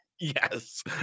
Yes